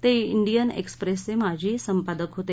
ते डियन एक्सप्रेसचे माजी संपादक होते